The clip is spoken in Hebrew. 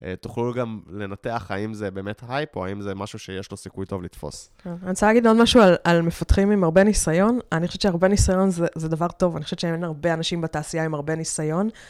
תוכלו גם לנתח האם זה באמת הייפ, או האם זה משהו שיש לו סיכוי טוב לתפוס. אני רוצה להגיד עוד משהו על מפתחים עם הרבה ניסיון, אני חושבת שהרבה ניסיון זה דבר טוב, אני חושבת שאין הרבה אנשים בתעשייה עם הרבה ניסיון.